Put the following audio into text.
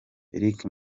eric